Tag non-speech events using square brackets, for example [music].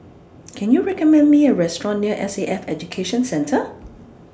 [noise] Can YOU recommend Me A Restaurant near S A F Education Centre